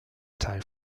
teil